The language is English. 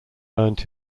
earned